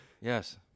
Yes